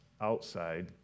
outside